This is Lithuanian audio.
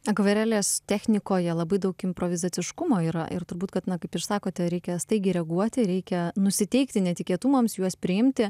akvarelės technikoje labai daug improvizaciškumo yra ir turbūt kad na kaip ir sakote reikia staigiai reaguoti reikia nusiteikti netikėtumams juos priimti